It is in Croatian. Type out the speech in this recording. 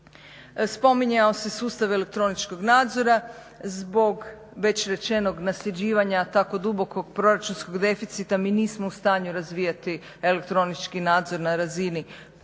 Spominjao se sustav elektroničkog nadzora, zbog već rečenog nasljeđivanja tako dubokog proračunskog deficita mi nismo u stanju razvijati elektronički nadzor na razini kao